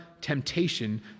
temptation